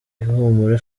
ihumure